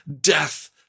death